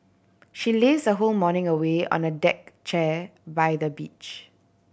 she laze her whole morning away on the deck chair by the beach